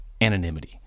anonymity